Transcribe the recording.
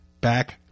back